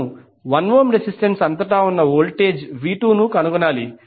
మనము 1 ohm resistance అంతటా ఉన్న వోల్టేజ్ V2 ను కనుగొనాలి